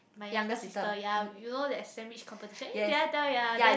my younger sister ya you know that sandwich competition eh did I tell you ya then